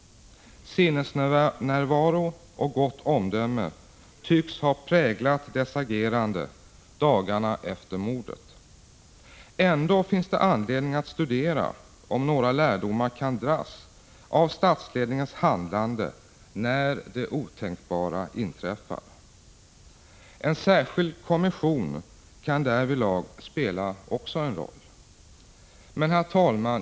Sinnesnärvaro och gott omdöme tycks ha präglat dess agerande dagarna efter 13 mordet. Ändå finns det anledning att studera om några lärdomar kan dras av statsledningens handlande när det otänkbara inträffar. En särskild kommission kan därvidlag spela en roll. Herr talman!